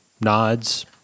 nods